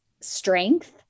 strength